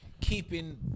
keeping